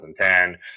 2010